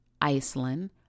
Iceland